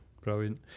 Brilliant